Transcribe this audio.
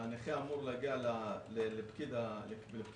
שהנכה אמור להגיע לפקיד הרישוי.